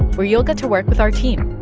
where you'll get to work with our team.